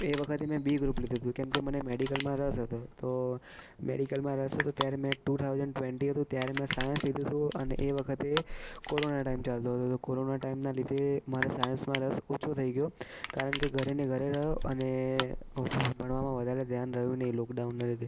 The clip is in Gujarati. એ વખતે મેં બી ગ્રુપ લીધું તું કેમકે મને મેડિકલમાં રસ હતો તો મેડિકલમાં રસ હતો ત્યારે મેં ટુ થાઉસન્ડ ટ્વેન્ટી હતું ત્યારે મેં સાયન્સ લીધું તું અને એ વખતે કોરોના ટાઈમ ચાલતો હતો તો કોરોના ટાઈમના લીધે મારે સાયન્સમાં રસ ઓછો થઈ ગયો કારણ કે ઘરેને ઘરે રહ્યો અને હું ભણવામાં વધારે ધ્યાન રહ્યું નહી લોકડાઉનના લીધે